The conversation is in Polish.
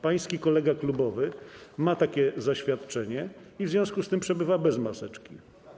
Pański kolega klubowy ma takie zaświadczenie i w związku z tym przebywa bez maseczki.